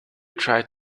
tried